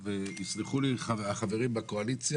יסלחו לי החברים בקואליציה,